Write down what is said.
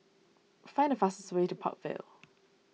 find the fastest way to Park Vale